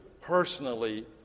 personally